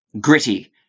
Gritty